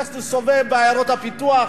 תלך ותסתובב בעיירות הפיתוח,